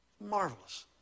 Marvelous